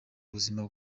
ubuzima